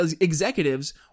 executives